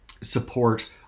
support